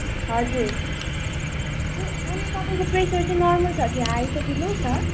हजुर ए अनि तपाईँको प्रेसर चाहिँ नर्मल छ कि हाई छ कि लो छ